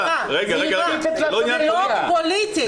זה לא פוליטי.